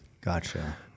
gotcha